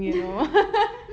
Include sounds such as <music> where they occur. <laughs>